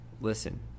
listen